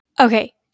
okay